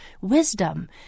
Wisdom